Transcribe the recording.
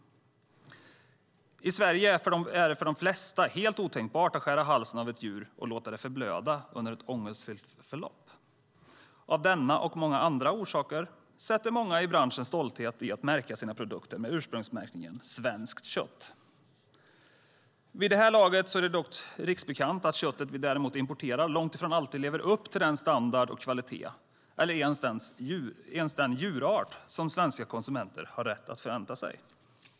I Sverige är det för de flesta helt otänkbart att skära halsen ett djur och låta det förblöda under ett ångestfyllt förlopp. Av denna och många andra orsaker sätter många i branschen en stolthet i att märka sina produkter med ursprungsbeteckningen Svenskt kött. Vid det här laget är det dock riksbekant att köttet vi importerar däremot långt ifrån alltid lever upp till den standard och kvalitet eller ens till den djurart som svenska konsumenter har rätt att förvänta sig.